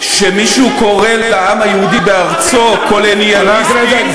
כשמישהו קורא לעם היהודי בארצו "קולוניאליסטים" רק רגע.